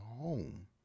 home